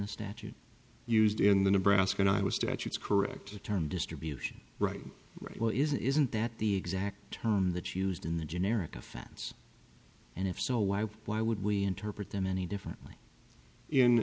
the statute used in the nebraska i was statutes correct term distribution right right well isn't isn't that the exam term that used in the generic offense and if so why why would we interpret them any differently in